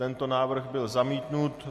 Tento návrh byl zamítnut.